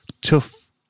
tough